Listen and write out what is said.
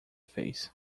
fez